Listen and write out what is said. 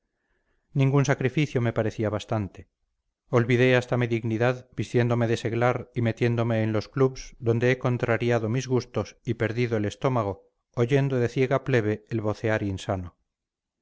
ningún sacrificio me parecía bastante olvidé hasta mi dignidad vistiéndome de seglar y metiéndome en los clubs donde he contrariado mis gustos y perdido el estómago oyendo de ciega plebe el vocear insano